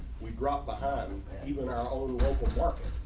we drop the hat and even our own local market.